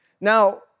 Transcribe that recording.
Now